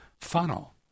funnel